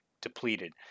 depleted